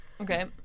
Okay